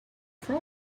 from